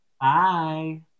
Bye